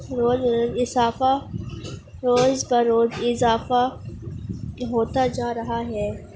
روز بروز اضافہ روز بروز اضافہ ہوتا جا رہا ہے